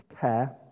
care